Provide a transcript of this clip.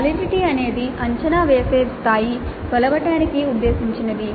validity అనేది అంచనా వేసే స్థాయి కొలవటానికి ఉద్దేశించినది